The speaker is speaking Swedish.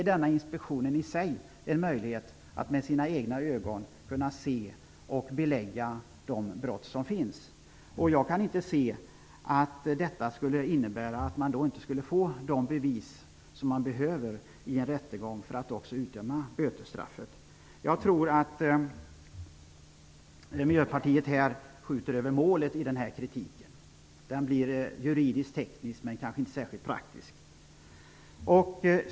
Denna inspektion ger möjlighet att med egna ögon se och belägga de brott som begås. Jag kan inte se att detta skulle innebära att man inte får de bevis man behöver i en rättegång för att också utdöma bötesstraffet. Jag tror att Miljöpartiet skjuter över målet i denna kritik. Den blir juridisk/teknisk men kanske inte särskilt praktisk.